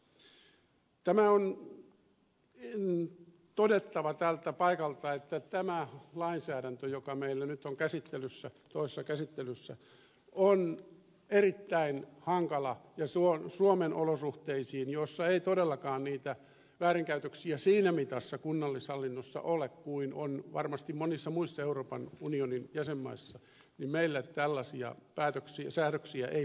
tämä on todettava tältä paikalta että tämä lainsäädäntö joka meillä nyt on toisessa käsittelyssä on erittäin hankala ja suomen olosuhteisiin missä ei todellakaan niitä väärinkäytöksiä siinä mitassa kunnallishallinnossa ole kuin on varmasti monissa muissa euroopan unionin jäsenmaissa ei tällaisia säädöksiä pitäisi tehdä